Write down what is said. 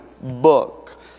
book